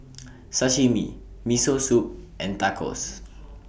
Sashimi Miso Soup and Tacos